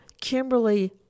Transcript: Kimberly